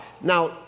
Now